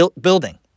building